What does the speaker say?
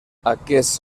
aquests